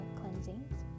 cleansings